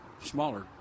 smaller